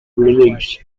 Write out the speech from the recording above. released